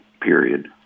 period